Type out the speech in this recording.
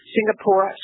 Singapore